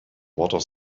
water